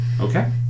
Okay